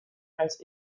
als